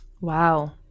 Wow